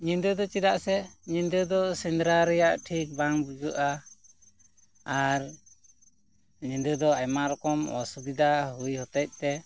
ᱧᱤᱫᱟᱹ ᱫᱚ ᱪᱮᱫᱟᱜ ᱥᱮ ᱧᱤᱫᱟᱹ ᱫᱚ ᱥᱮᱫᱽᱨᱟ ᱨᱮᱭᱟᱜ ᱴᱷᱤᱠ ᱵᱟᱝ ᱵᱩᱡᱩᱜᱼᱟ ᱟᱨ ᱧᱤᱫᱟᱹ ᱫᱚ ᱟᱭᱢᱟ ᱨᱚᱠᱚᱢ ᱚᱥᱩᱵᱤᱫᱟ ᱦᱩᱭ ᱦᱚᱛᱮᱫ ᱛᱮ